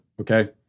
okay